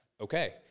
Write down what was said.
Okay